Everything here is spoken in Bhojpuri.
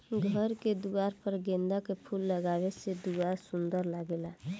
घर के दुआर पर गेंदा के फूल लगावे से दुआर सुंदर लागेला